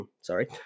Sorry